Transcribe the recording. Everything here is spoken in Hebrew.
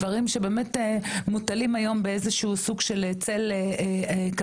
דברים שבאמת מוטלים היום באיזה שהוא סוג של צל כבד,